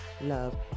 love